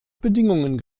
bedingungen